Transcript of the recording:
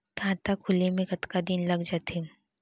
खाता खुले में कतका दिन लग जथे?